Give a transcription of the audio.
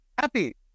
Happy